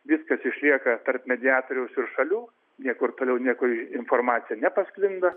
viskas išlieka tarp mediatoriaus ir šalių niekur toliau niekur informacija pasklinda